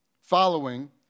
following